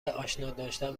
آشناداشتن